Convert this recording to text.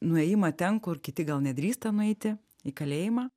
nuėjimą ten kur kiti gal nedrįsta nueiti į kalėjimą